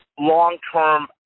long-term